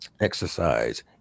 exercise